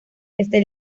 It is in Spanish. este